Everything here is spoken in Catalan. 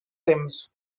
temps